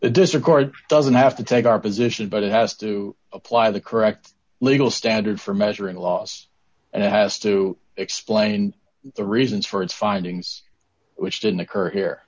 court doesn't have to take our position but it has to apply the correct legal standard for measuring loss and has to explain the reasons for its findings which didn't occur here